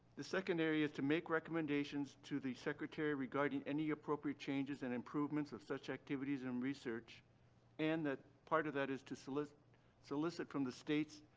the second area is to make recommendations to the secretary regarding any appropriate changes and improvements of such activities and research and part of that is to solicit solicit from the states,